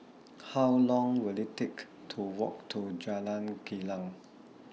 How Long Will IT Take to Walk to Jalan Kilang